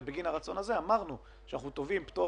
ובגין הרצון הזה אמרנו שאנחנו תובעים פטור